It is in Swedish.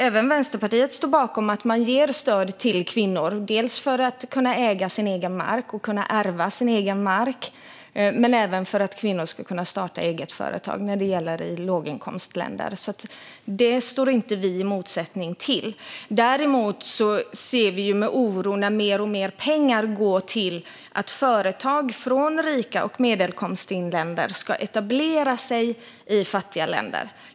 Även Vänsterpartiet står bakom att man ger stöd till kvinnor, dels för att de ska kunna äga sin egen mark och ärva mark, dels för att de ska kunna starta eget företag, när det gäller låginkomstländer. Detta motsätter vi oss inte. Däremot ser vi med oro på när mer och mer pengar går till att företag från rika länder och medelinkomstländer ska etablera sig i fattiga länder.